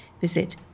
Visit